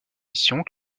missions